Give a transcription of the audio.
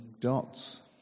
dots